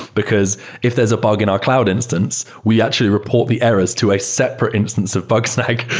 because if there's a bug in our cloud instance, we actually report the errors to a separate instance of bugsnag,